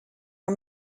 are